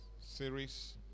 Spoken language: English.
series